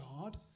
God